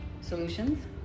solutions